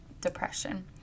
depression